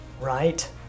Right